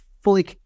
fully